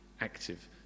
active